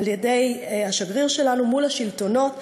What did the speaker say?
על-ידי השגריר שלנו מול השלטונות,